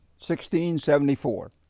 1674